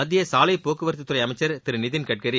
மத்திய சாலை போக்குவரத்து துறை அமைச்சர் திரு நிதின் கட்கரி